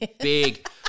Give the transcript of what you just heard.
Big